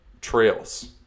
trails